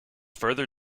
further